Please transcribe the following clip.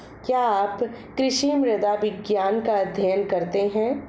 क्या आप कृषि मृदा विज्ञान का अध्ययन करते हैं?